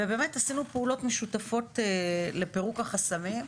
ובאמת עשינו פעולות משותפות לפירוק החסמים.